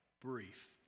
brief